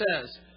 says